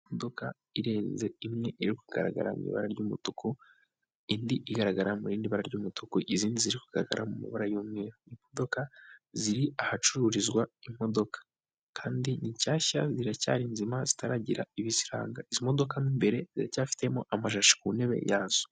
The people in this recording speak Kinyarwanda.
Imodoka irenze imwe irirukagaragara mu ibara ry'umutuku, indi igaragara mu rindi bara ry'umutuku izindi zira kugaragara mu mabara y'umweru, imodoka ziri ahacururizwa imodoka kandi n'ishyashya ziracyari nzima zitaragira ibiziranga izi modoka imbere ziracyafitemo amashashi ku ntebe yazo.